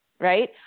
right